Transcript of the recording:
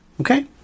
Okay